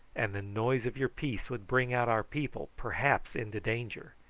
and the noise of your piece would bring out our people, perhaps into danger.